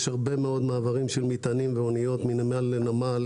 יש הרבה מאוד מעברים של מטענים ואניות מנמל לנמל,